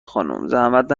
خانومزحمت